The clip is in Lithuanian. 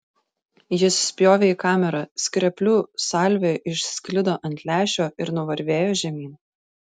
jis spjovė į kamerą skreplių salvė išsklido ant lęšio ir nuvarvėjo žemyn